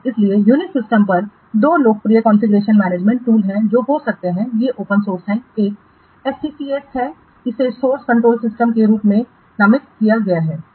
इसलिए UNIX system पर दो लोकप्रिय कॉन्फ़िगरेशन मैनेजमेंट टूल हैं ये हो सकते हैं ये ओपन सोर्स हैं एक SCCS है इसे सोर्स कंट्रोल सिस्टम के रूप में नामित किया गया है